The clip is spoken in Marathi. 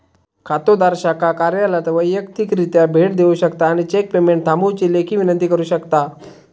खातोदार शाखा कार्यालयात वैयक्तिकरित्या भेट देऊ शकता आणि चेक पेमेंट थांबवुची लेखी विनंती करू शकता